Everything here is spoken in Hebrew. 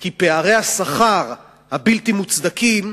כי פערי השכר הבלתי-מוצדקים,